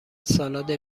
سالاد